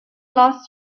lost